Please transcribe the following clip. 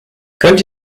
könnt